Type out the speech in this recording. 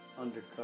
undercover